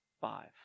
five